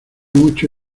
mucho